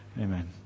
Amen